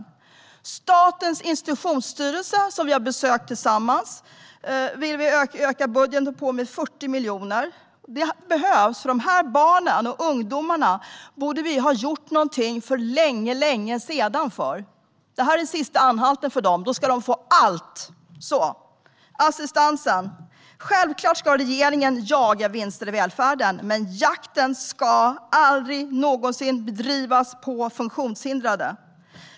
Vi har besökt Statens institutionsstyrelse tillsammans. Vi vill öka deras budget med 40 miljoner. Det behövs. Vi borde ha gjort någonting för de barnen och ungdomarna för länge sedan. Det här är sista anhalten för dem. Då ska de få allt. När det gäller assistansen ska regeringen självklart jaga vinster i välfärden, men jakten ska aldrig någonsin bedrivas på funktionshindrade.